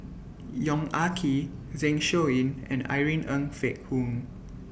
Yong Ah Kee Zeng Shouyin and Irene Ng Phek Hoong